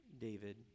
David